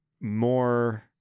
more